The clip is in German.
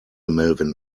melvin